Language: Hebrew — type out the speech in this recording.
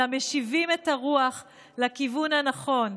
אלא משיבים את הרוח לכיוון הנכון: